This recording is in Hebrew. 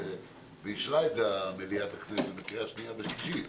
ואישרה את זה מליאת הכנסת בקריאה שנייה ושלישית,